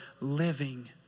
living